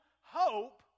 hope